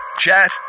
Chat